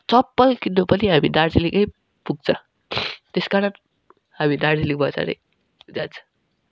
चप्पल किन्नु पनि हामी दार्जिलिङै पुग्छ त्यस कारण हामी दार्जिलिङ बजारै जान्छ